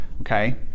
okay